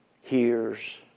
hears